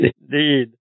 Indeed